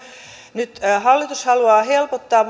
nyt hallitus haluaa helpottaa